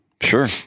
Sure